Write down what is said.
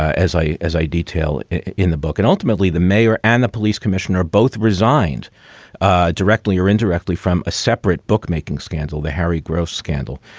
as i as i detail in the book and ultimately the mayor and the police commissioner both resigned directly or indirectly from a separate bookmaking scandal, the harry gross scandal.